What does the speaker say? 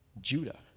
Judah